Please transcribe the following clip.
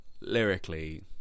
lyrically